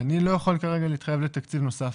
אני לא יכול כרגע להתחייב לתקציב נוסף.